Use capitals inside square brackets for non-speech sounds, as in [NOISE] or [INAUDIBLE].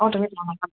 অঁ তুমি [UNINTELLIGIBLE]